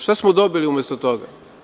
Šta smo dobili umesto toga?